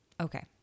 okay